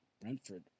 Brentford